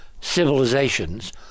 civilizations